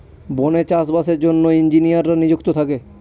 বনে চাষ বাসের জন্য ইঞ্জিনিয়াররা নিযুক্ত থাকে